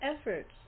efforts